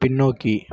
பின்னோக்கி